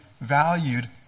valued